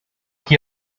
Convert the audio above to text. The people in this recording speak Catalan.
qui